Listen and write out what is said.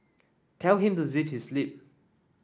tell him to zip his lip